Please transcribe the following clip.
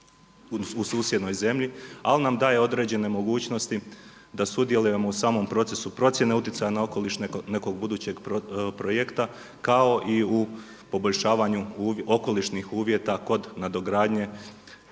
u susjednoj zemlji ali nam daje određene mogućnosti da sudjelujemo u samom procesu procjene utjecaja na okoliš nekog budućeg projekta kao i u poboljšavanju okolišnih uvjeta kod nadogradnje